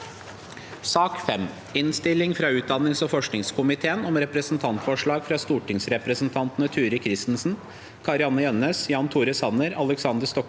2023 Innstilling fra utdannings- og forskningskomiteen om Representantforslag fra stortingsrepresentantene Turid Kristensen, Kari-Anne Jønnes, Jan Tore Sanner, Aleksander Stokkebø